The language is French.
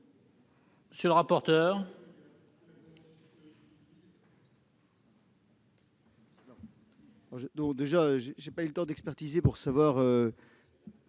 Monsieur le rapporteur